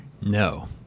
No